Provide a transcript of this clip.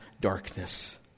darkness